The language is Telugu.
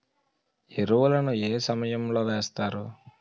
ఎరువుల ను ఏ సమయం లో వేస్తారు?